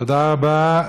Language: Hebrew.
תודה רבה.